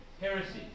heresies